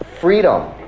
freedom